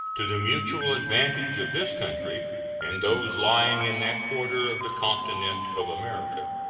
to the mutual advantage of this country and those lying in that quarter of the continent of america.